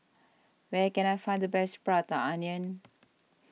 where can I find the best Prata Onion